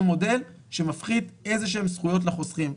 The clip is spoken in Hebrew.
מודל שמפחית איזה שהן זכויות לחוסכים,